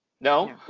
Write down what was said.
No